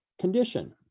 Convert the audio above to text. condition